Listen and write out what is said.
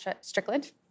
Strickland